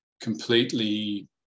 completely